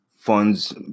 Funds